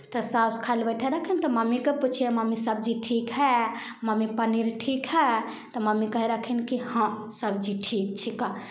तऽ सासु खाय लए बैठेै रहथिन तऽ मम्मीकेँ पुछियै मम्मी सब्जी ठीक हए मम्मी पनीर ठीक हए तऽ मम्मी कहै रहथिन कि हँ सब्जी ठीक छिकह